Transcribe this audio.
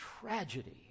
tragedy